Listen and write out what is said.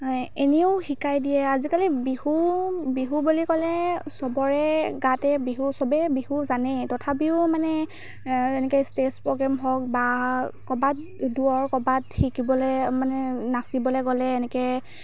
এনেও শিকাই দিয়ে আজিকালি বিহু বিহু বুলি ক'লে চবৰে গাতে বিহু চবে বিহু জানেই তথাপিও মানে এনেকৈ ষ্টেজ প্ৰগ্ৰেম হওক বা ক'ৰবাত দূৰৰ ক'ৰবাত শিকিবলৈ মানে নাচিবলৈ গ'লে এনেকৈ